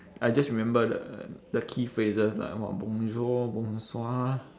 I just remember the the key phrases lah what